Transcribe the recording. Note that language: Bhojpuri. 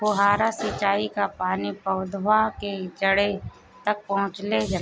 फुहारा सिंचाई का पानी पौधवा के जड़े तक पहुचे ला?